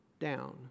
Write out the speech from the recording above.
Down